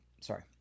Sorry